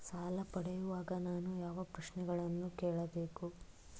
ಸಾಲ ಪಡೆಯುವಾಗ ನಾನು ಯಾವ ಪ್ರಶ್ನೆಗಳನ್ನು ಕೇಳಬೇಕು?